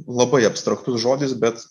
labai abstraktus žodis bet